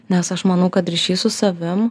nes aš manau kad ryšys su savim